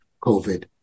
COVID